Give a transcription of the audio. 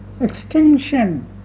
extinction